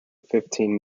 fifteen